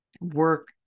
Work